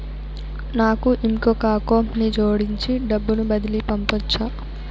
నాకు ఇంకొక అకౌంట్ ని జోడించి డబ్బును బదిలీ పంపొచ్చా?